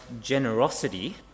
generosity